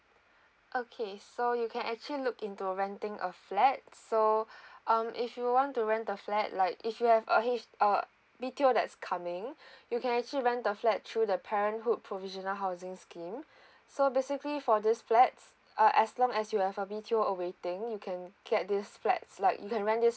okay so you can actually look into renting a flat so um if you want to rent the flat like if you have a H uh B_T_O that's coming you can actually rent the flat through the parenthood provisional housing scheme so basically for these flats uh as long as you have a B_T_O awaiting you can get these flats like you can rent these